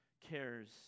cares